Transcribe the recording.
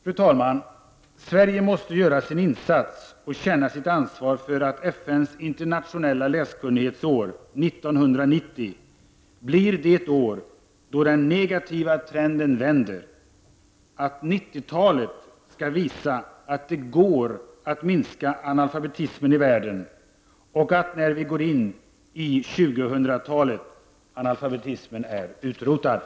Fru talman! Sverige måste göra sin insats och känna sitt ansvar för att FN:s internationella läskunnighetsår 1990 blir det år då den negativa trenden vänder, att 90-talet skall visa att det går att minska analfabetismen i världen och att analfabetismen är utrotad när vi går in i 2000-talet.